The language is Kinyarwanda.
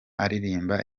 aririmba